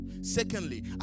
secondly